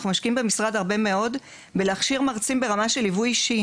אנחנו משקיעים במשרד הרבה מאוד בלהכשיר מרצים ברמה של ליווי אישי,